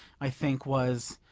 i think was,